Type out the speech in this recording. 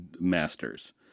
masters